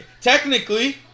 Technically